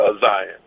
Zion